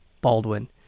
Baldwin